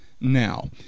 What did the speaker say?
Now